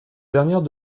dernière